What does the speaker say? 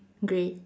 grey